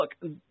look